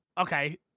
okay